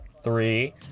three